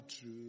true